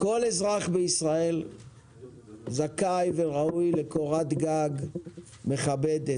כל אזרח בישראל זכאי וראוי לקורת גג מכבדת.